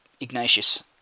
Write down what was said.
Ignatius